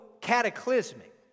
cataclysmic